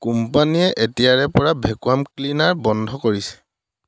কোম্পানীয়ে এতিয়াৰেপৰা vacuum cleaner বন্ধ কৰিছে